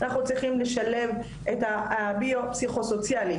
אנחנו צריכים לשלב את הביו פסיכו-סוציאלי.